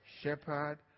Shepherd